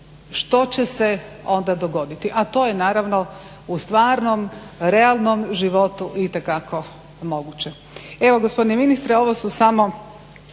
Što će se onda dogoditi, a to je naravno u stvarnom realnom životu itekako moguće. Evo gospodine ministre ovu samo